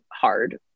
hard